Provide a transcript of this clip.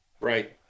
right